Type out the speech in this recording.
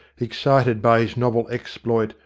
excited by his novel exploit,